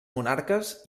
monarques